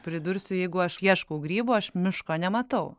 pridursiu jeigu aš ieškau grybų aš miško nematau